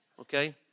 Okay